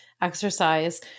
exercise